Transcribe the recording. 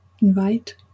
invite